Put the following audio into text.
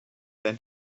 than